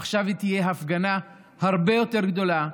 עכשיו היא תהיה הפגנה הרבה יותר גדולה,